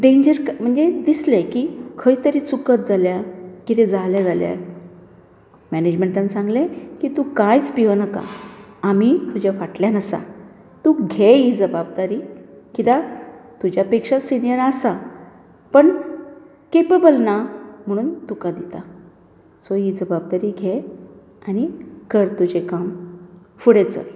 danger क म्हणजे दिसलें की खंय तरी चुकत जाल्यार कितें जालें जाल्यार मॅनेजमँटान सांगलें की तूं कांयच भियोनाका आमी तुज्या फाटल्यान आसा तूं घे ही जबाबदारी कित्याक तुज्या पेक्षा सिनीयर आसा पूण केपेबल ना म्हणून तुका दिता सो ही जबाबदारी घे आनी कर तुजें काम फुडें चल